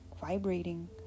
vibrating